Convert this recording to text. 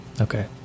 okay